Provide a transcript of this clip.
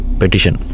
petition